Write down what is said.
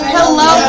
Hello